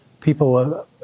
people